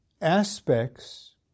aspects